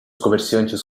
comerciantes